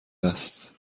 است